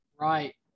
Right